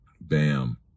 Bam